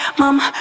mama